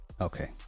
Okay